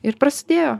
ir prasidėjo